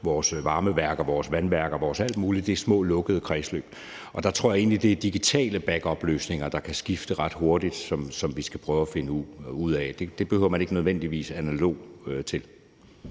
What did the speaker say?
vores varmeværker, vores vandværker og vores alt muligt i små lukkede kredsløb. Og der tror jeg egentlig, at det er digitale backupløsninger, der kan skifte ret hurtigt, som vi skal prøve at finde ud af. Det behøver man ikke nødvendigvis noget